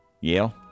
Yale